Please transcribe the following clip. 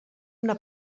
una